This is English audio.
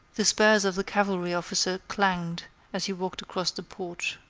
the spurs of the cavalry officer clanged as he walked across the porch.